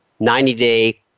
90-day